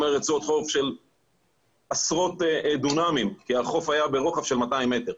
רצועות חוף של עשרות דונמים כי החוף היה ברוחב של 200 מטר.